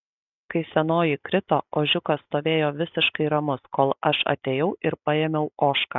kai senoji krito ožiukas stovėjo visiškai ramus kol aš atėjau ir paėmiau ožką